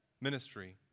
ministry